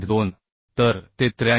2 तर ते 83